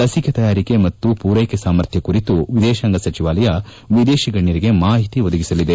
ಲಸಿಕೆ ತಯಾರಿಕೆ ಮತ್ತು ಮೂರೈಕೆ ಸಾಮರ್ಥ್ಯ ಕುರಿತು ವಿದೇಶಾಂಗ ಸಚಿವಾಲಯ ವಿದೇಶಿ ಗಣ್ಣರಿಗೆ ಮಾಹಿತಿ ಒದಗಿಸಲಿದೆ